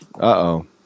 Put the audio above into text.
Uh-oh